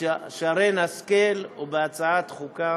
שרן השכל ובהצעת החוק שלה.